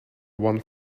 one